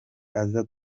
aza